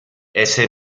ese